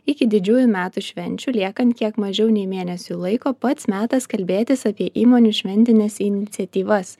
iki didžiųjų metų švenčių liekant kiek mažiau nei mėnesiui laiko pats metas kalbėtis apie įmonių šventines iniciatyvas